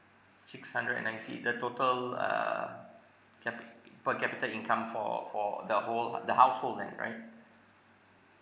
six hundred and ninety the total err capi~ per capita income for for the whole the household then right